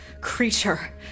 creature